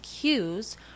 cues